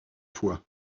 fois